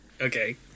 Okay